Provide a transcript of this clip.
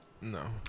No